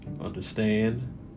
understand